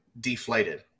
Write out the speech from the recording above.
deflated